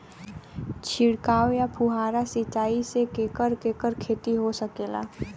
छिड़काव या फुहारा सिंचाई से केकर केकर खेती हो सकेला?